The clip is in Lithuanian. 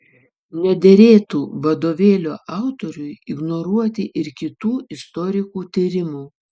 nederėtų vadovėlio autoriui ignoruoti ir kitų istorikų tyrimų